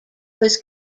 was